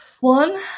one